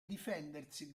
difendersi